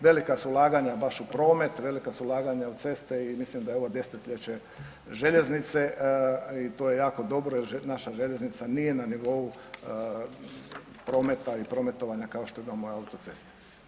Velika su ulaganja baš u promet, velika su ulaganja u ceste i mislim da je ovo desetljeće željeznice i to je jako dobro jer naša željeznica nije na nivou prometa i prometovanja kao što imamo autoceste.